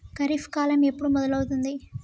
ఖరీఫ్ కాలం ఎప్పుడు మొదలవుతుంది?